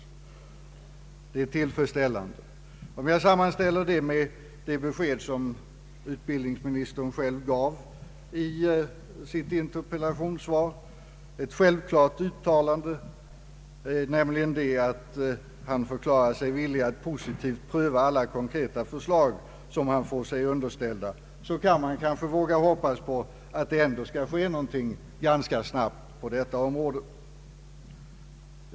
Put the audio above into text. Detta är tillfredsställande. Om jag sammanställer det med det besked som utbildningsministern själv gav i sitt interpellationssvar — ett självklart uttalande — nämligen att han förklarade sig villig att positivt pröva alla konkreta förslag han får sig underställda, kan jag kanske våga hoppas på att det ändå skall ske någonting ganska snart på detta område.